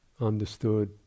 understood